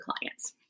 clients